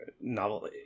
novel